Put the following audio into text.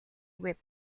whip